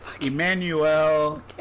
Emmanuel